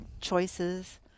choices